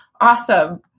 Awesome